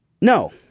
No